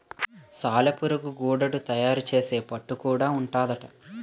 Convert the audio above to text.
సాలెపురుగు గూడడు తయారు సేసే పట్టు గూడా ఉంటాదట